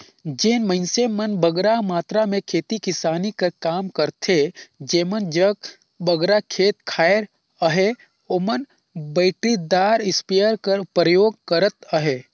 जेन मइनसे मन बगरा मातरा में खेती किसानी कर काम करथे जेमन जग बगरा खेत खाएर अहे ओमन बइटरीदार इस्पेयर कर परयोग करत अहें